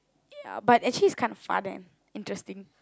ya but actually it's kind of fun and interesting